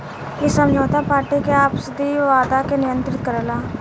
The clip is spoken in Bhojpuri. इ समझौता पार्टी के आपसी वादा के नियंत्रित करेला